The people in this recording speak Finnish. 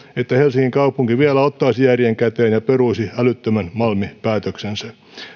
että helsingin kaupunki vielä ottaisi järjen käteen ja peruisi älyttömän malmi päätöksensä